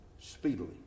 speedily